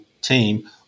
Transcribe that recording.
team